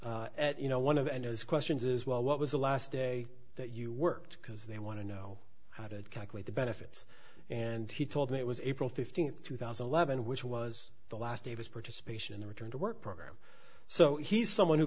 at you know one of those questions is well what was the last day that you worked because they want to know how to calculate the benefits and he told me it was april fifteenth two thousand and eleven which was the last day of his participation in the return to work program so he's someone who